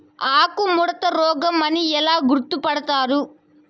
ఆకుముడత రోగం అని ఎలా గుర్తుపడతారు?